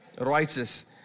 righteous